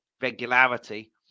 regularity